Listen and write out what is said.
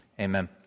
Amen